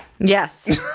Yes